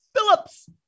Phillips